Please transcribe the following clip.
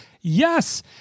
Yes